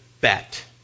bet